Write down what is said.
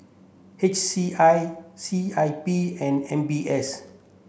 H C I C I P and M B S